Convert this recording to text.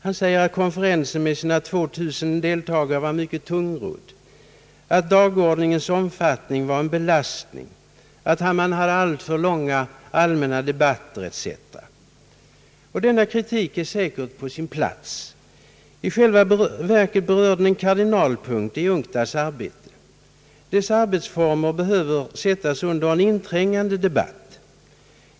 Han säger att konferensen med sina 2000 deltagare var mycket tungrodd, att dagordningens omfattning var en belastning, att man hade alltför långa allmänna debatter etc. Denna kritik är säkert på sin plats. I själva verket berör den en kardinalpunkt i UNCTAD:s arbete. Dess arbetsformer kräver en inträngande debatt.